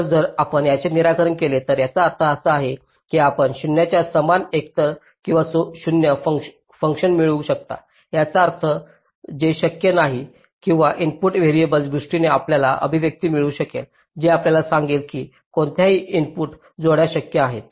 तर जर आपण त्याचे निराकरण केले तर याचा अर्थ असा की आपण 0 च्या समान एकतर किंवा शून्य फंक्शन मिळवू शकता याचा अर्थ ते शक्य नाही किंवा इनपुट व्हेरिएबल्सच्या दृष्टीने आपल्याला अभिव्यक्ती मिळू शकेल जे आपल्याला सांगेल की कोणत्या इनपुट जोड्या शक्य आहेत